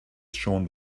shown